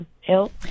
help